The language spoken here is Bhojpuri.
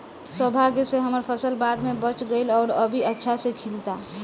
सौभाग्य से हमर फसल बाढ़ में बच गइल आउर अभी अच्छा से खिलता